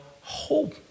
hope